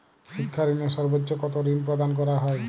শিক্ষা ঋণে সর্বোচ্চ কতো ঋণ প্রদান করা হয়?